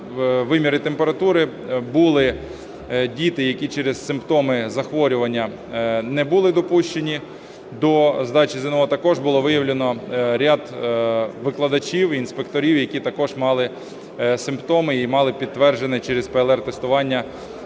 виміри температури. Були діти, які через симптоми захворювання не були допущені до здачі ЗНО. Також було виявлено ряд викладачів і інспекторів, які також мали симптоми і мали підтверджене через ПЛР-тестування